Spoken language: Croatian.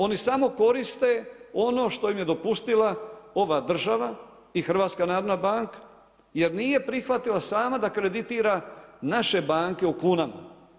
Oni samo koriste ono što im je dopustila ova država i HNB jer nije prihvatila sama da kreditira naše banke u kunama.